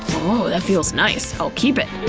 oh that feels nice. i'll keep it.